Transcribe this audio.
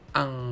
ang